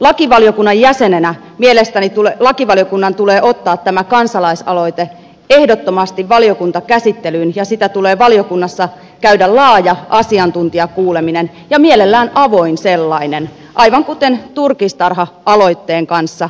lakivaliokunnan jäsenenä mielestäni lakivaliokunnan tulee ottaa tämä kansalaisaloite ehdottomasti valiokuntakäsittelyyn ja siitä tulee valiokunnassa käydä laaja asiantuntijakuuleminen ja mielellään avoin sellainen aivan kuten turkistarha aloitteen kanssa tehtiin